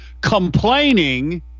complaining